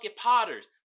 potters